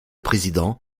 président